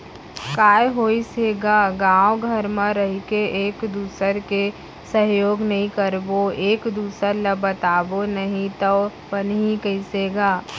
काय होइस हे गा गाँव घर म रहिके एक दूसर के सहयोग नइ करबो एक दूसर ल बताबो नही तव बनही कइसे गा